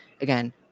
again